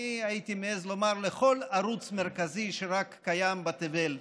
הייתי מעז לומר שלכל ערוץ מרכזי שרק קיים בתבל,